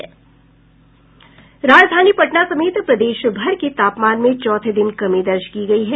राजधानी पटना समेत प्रदेशभर के तापमान में चौथे दिन कमी दर्ज की गयी है